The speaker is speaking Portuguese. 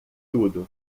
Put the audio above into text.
tudo